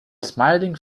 smiling